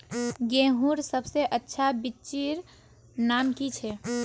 गेहूँर सबसे अच्छा बिच्चीर नाम की छे?